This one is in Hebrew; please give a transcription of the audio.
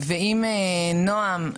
אם נועם,